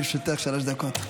לרשותך שלוש דקות.